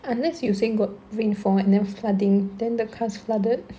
unless you saying got rainfall and then flooding then the cars flooded